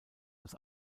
als